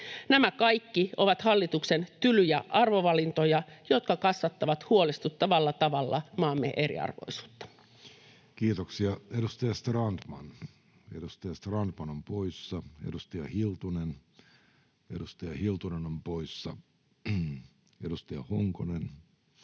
Nämä kaikki ovat hallituksen tylyjä arvovalintoja, jotka kasvattavat huolestuttavalla tavalla maamme eriarvoisuutta. Kiitoksia. — Edustaja Strandman on poissa, edustaja Hiltunen on poissa, edustaja Honkonen on poissa.